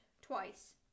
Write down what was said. Twice